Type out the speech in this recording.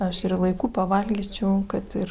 aš ir laiku pavalgyčiau kad ir